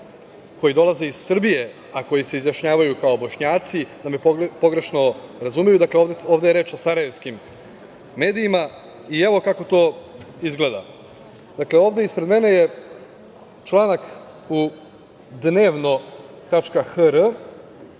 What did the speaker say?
koji dolaze iz Srbije a koji se izjašnjavaju kao Bošnjaci, da me pogrešno razumeju. Ovde je reč o sarajevskim medijima. Evo kako to izgleda. Ovde ispred mene je članak u "Dnevno.hr"